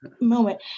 moment